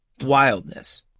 wildness